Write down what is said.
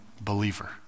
believer